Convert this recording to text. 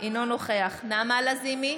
אינו נוכח נעמה לזימי,